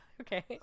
Okay